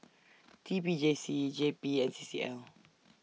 T P J C J P and C C L